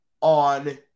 on